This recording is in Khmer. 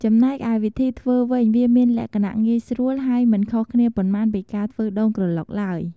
ចំណែកឯវិធីធ្វើវិញ វាមានលក្ខណៈងាយស្រួល ហើយមិនខុសគ្នាប៉ុន្មានពីការធ្វើដូងក្រឡុកឡើយ។